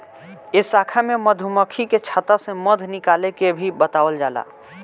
ए शाखा में मधुमक्खी के छता से मध निकाले के भी बतावल जाला